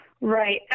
Right